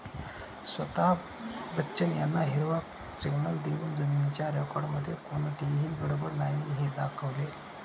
स्वता बच्चन यांना हिरवा सिग्नल देऊन जमिनीच्या रेकॉर्डमध्ये कोणतीही गडबड नाही हे दाखवले